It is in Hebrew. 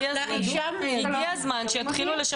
הם --- הגיע הזמן שיתחילו לשכלל את המערכות שלהם.